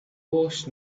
post